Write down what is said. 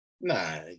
Nah